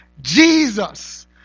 Jesus